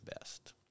best